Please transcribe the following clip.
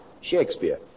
Shakespeare